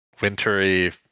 wintery